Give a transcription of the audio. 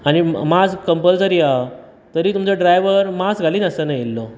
आनी मा mask compulsory आसा तरी तुमचो ड्रायवर मास्क घालिनासतना येयलो